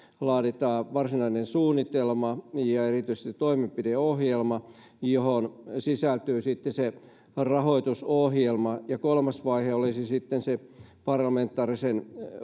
laaditaan varsinainen suunnitelma ja erityisesti toimenpideohjelma johon sisältyy rahoitusohjelma kolmas vaihe olisi se parlamentaarisen